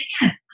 again